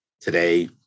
today